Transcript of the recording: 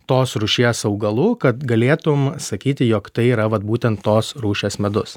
tos rūšies augalų kad galėtum sakyti jog tai yra vat būtent tos rūšies medus